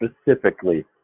specifically